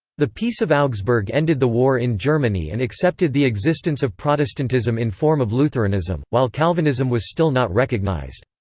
the peace of augsburg ended the war in germany and accepted the existence of protestantism in form of lutheranism, while calvinism was still not recognized.